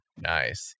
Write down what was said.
Nice